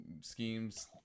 schemes